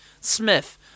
Smith